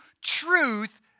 truth